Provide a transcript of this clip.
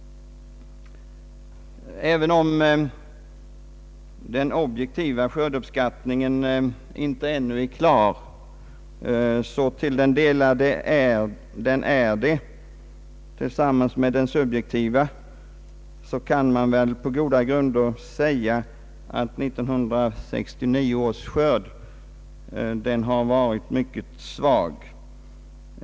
Även om den objektiva skördeuppskattningen ännu inte är klar, så kan man till den del den är det, tillsammans med den subjektiva skördeuppskattningen, på goda grunder påstå att 1969 års skörd har varit mycket svag.